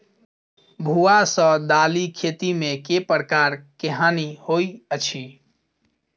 भुआ सँ दालि खेती मे केँ प्रकार केँ हानि होइ अछि?